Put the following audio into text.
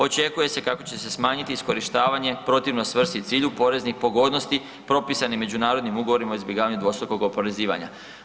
Očekuje se kako će se smanjiti iskorištavanje protivno svrsi i cilju poreznih pogodnosti propisanim međunarodnim ugovorima o izbjegavanju dvostrukog oporezivanja.